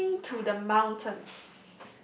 sing to the mountaind